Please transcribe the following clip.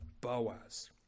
boaz